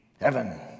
Heaven